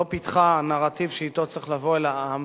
לא פיתחה נרטיב שאתו צריך לבוא אל העם,